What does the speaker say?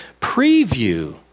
Preview